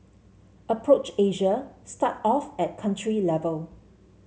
approach Asia start off at country level